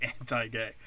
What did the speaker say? anti-gay